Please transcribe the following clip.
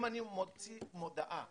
אם אני מוציא מודעה,